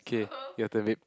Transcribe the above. K your turn babe